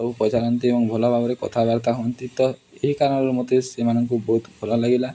ସବୁ ପଚାରନ୍ତି ଏବଂ ଭଲ ଭାବରେ କଥାବାର୍ତ୍ତା ହୁଅନ୍ତି ତ ଏହି କାରଣରୁ ମୋତେ ସେମାନଙ୍କୁ ବହୁତ ଭଲ ଲାଗିଲା